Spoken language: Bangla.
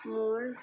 মূল